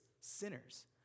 sinners